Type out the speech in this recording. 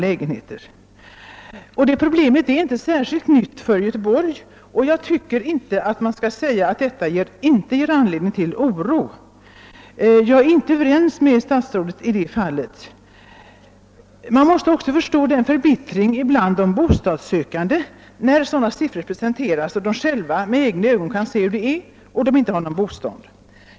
Detta problem är inte särskilt nytt för Göteborg, och jag tycker inte att man skall säga det inte ger anledning till oro. Jag är inte överens med statsrådet i detta fall. Man måste också förstå förbittringen bland de bostadssökande när sådana siffror presenteras. De kan då med egna ögon se hur läget är samtidigt som de inte har någon egen bostad.